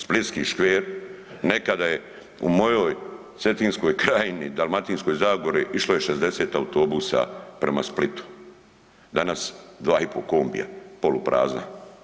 Splitski Škver nekada je u mojoj Cetinskoj krajini, Dalmatinskoj zagori išlo je 60 autobusa prema Splitu, danas 2,5 kombija poluprazna.